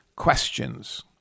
questions